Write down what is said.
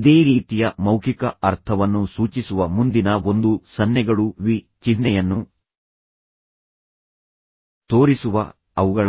ಇದೇ ರೀತಿಯ ಮೌಖಿಕ ಅರ್ಥವನ್ನು ಸೂಚಿಸುವ ಮುಂದಿನ ಒಂದು ಸನ್ನೆಗಳು ವಿ ಚಿಹ್ನೆಯನ್ನು ತೋರಿಸುವ ಅವುಗಳ